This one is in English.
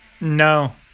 no